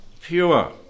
pure